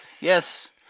Yes